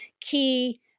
key